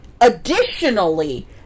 Additionally